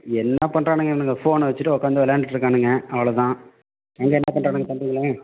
என்ன பண்ணுறானுங்க இவனுங்க ஃபோனை வச்சுட்டு உட்காந்து விளையாண்டுட்டு இருக்காங்க அவ்வளோ தான் அங்கே என்ன பண்ணுறானுங்க தம்பிங்க